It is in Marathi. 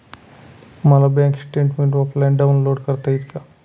मला बँक स्टेटमेन्ट ऑफलाईन डाउनलोड करता येईल का?